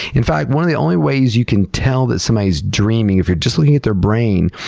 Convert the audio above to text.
in fact, one of the only ways you can tell that somebody is dreaming, if you're just looking at their brain,